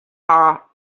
our